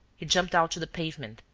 he jumped out to the pavement,